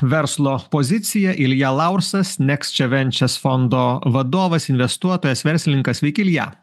verslo pozicija ilja laursas nekščiavenčias fondo vadovas investuotojas verslininkas sveiki ilja